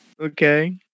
Okay